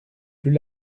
plus